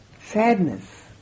sadness